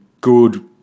good